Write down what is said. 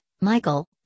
Michael